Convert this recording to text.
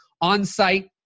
on-site